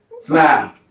smile